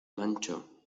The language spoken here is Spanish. mancho